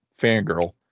fangirl